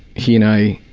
he and i.